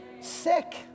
sick